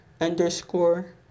underscore